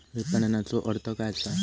विपणनचो अर्थ काय असा?